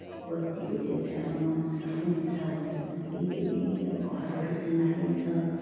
बत्तीको चाहिँ एउटा महोत्सव उत्सव हो त्यो चाहिँ धेरै अब घरहरू सिँगारिन्छ